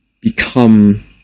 become